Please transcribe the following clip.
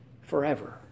forever